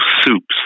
soups